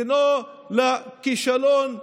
דינו כישלון.